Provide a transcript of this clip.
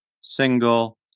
single